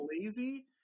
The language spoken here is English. lazy